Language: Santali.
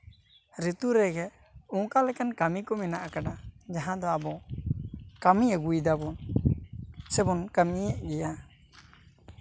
ᱨᱤᱛᱩ ᱨᱮᱜᱮ ᱚᱱᱠᱟ ᱞᱮᱠᱟᱱ ᱠᱟ ᱢᱤ ᱠᱚ ᱢᱮᱱᱟᱜ ᱟᱠᱟᱫᱟ ᱡᱟᱦᱟᱸ ᱫᱚ ᱟᱵᱚ ᱠᱟᱹᱢᱤ ᱟᱹᱜᱩᱭᱮᱫᱟᱵᱚᱱ ᱥᱮᱵᱚᱱ ᱠᱟᱹᱢᱤᱭᱮᱜ ᱜᱮᱭᱟ